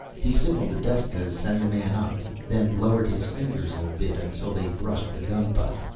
he signaled the desk to send the man up, then lowered his fingers a bit until they brushed the gun butt.